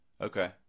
Okay